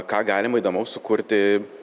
ką galima įdomaus sukurti